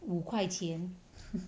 五块钱